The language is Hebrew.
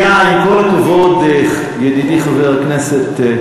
במליאה, עם כל הכבוד, ידידי חבר הכנסת,